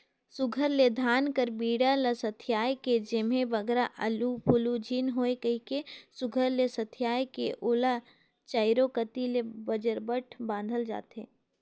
सुग्घर ले धान कर बीड़ा ल सथियाए के जेम्हे बगरा उलु फुलु झिन होए कहिके सुघर ले सथियाए के ओला चाएरो कती ले बजरबट बाधल जाथे